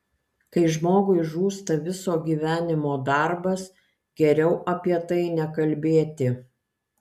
kai žmogui žūsta viso gyvenimo darbas geriau apie tai nekalbėti